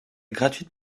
gratuite